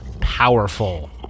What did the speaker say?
powerful